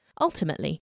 Ultimately